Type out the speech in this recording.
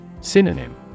Synonym